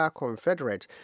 confederate